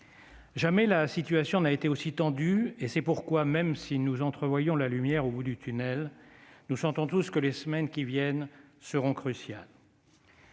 Jamais la situation n'a été aussi tendue ; c'est pourquoi, même si nous entrevoyons la lumière au bout du tunnel, nous sentons tous que les semaines qui viennent seront cruciales.